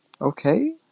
Okay